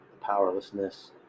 Powerlessness